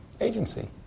agency